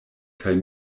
kaj